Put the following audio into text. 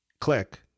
click